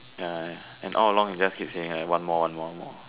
ya and all along just keep saying like one more one more one more